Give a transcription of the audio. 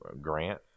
Grant